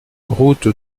route